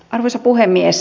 arvoisa puhemies